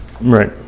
Right